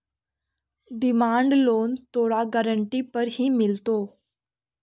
demand loan तोरा guarantee पर ही मिलतो